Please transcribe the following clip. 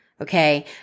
okay